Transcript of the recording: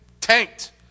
tanked